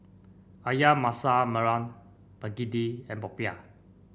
ayam Masak Merah begedil and popiah